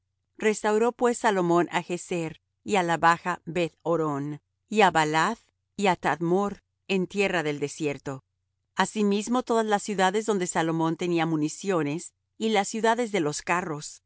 restauró pues salomón á gezer y á la baja beth oron y á baalath y á tadmor en tierra del desierto asimismo todas las ciudades donde salomón tenía municiones y las ciudades de los carros y